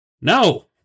No